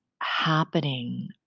happening